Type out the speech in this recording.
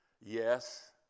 Yes